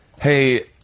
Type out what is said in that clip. Hey